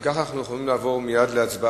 אם כך, אנחנו יכולים לעבור מייד להצבעה.